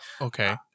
Okay